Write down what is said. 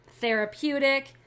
therapeutic